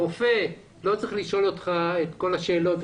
הרופא לא צריך לשאול אותך את כל השאלות,